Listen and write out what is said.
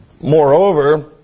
Moreover